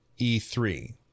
E3